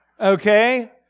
Okay